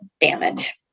damage